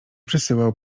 przysyłał